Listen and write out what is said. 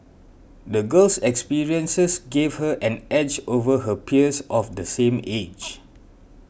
the girl's experiences gave her an edge over her peers of the same age